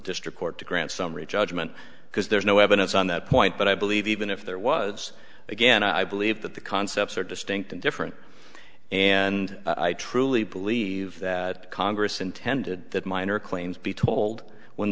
district court to grant summary judgment because there's no evidence on that point but i believe even if there was again i believe that the concepts are distinct and different and i truly believe that congress intended that minor claims be told when